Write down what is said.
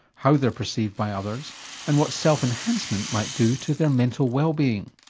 how they're perceived by others and what self-enhancement might do to their mental wellbeing.